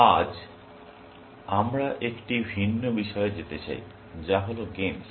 আজ আমরা একটি ভিন্ন বিষয়ে যেতে চাই যা হল গেমস